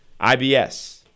IBS